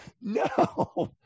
No